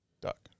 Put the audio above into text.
Duck